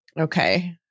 Okay